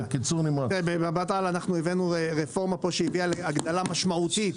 במבט על, הבאנו לפה רפורמה שהבאנו הגדלה משמעותית.